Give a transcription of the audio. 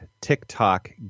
TikTok